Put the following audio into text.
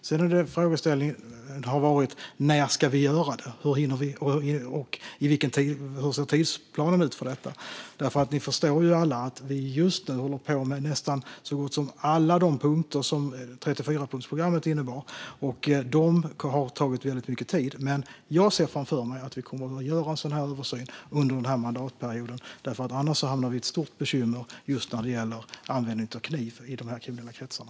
Sedan har frågan varit när vi ska göra den och hur tidsplanen ser ut för den. Som alla förstår håller vi just nu på med så gott som alla punkter i 34-punktsprogrammet, och det har tagit väldigt mycket tid. Men jag ser framför mig att vi kommer att göra en översyn av straffskalorna under den här mandatperioden, för annars hamnar vi i ett stort bekymmer just när det gäller användning av kniv i de kriminella kretsarna.